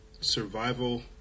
survival